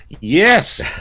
Yes